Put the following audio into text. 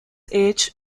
age